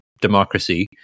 democracy